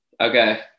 Okay